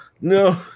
no